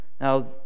Now